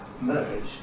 merge